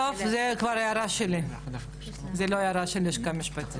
זו כבר הערה שלי, זו לא הערה של הלשכה המשפטית.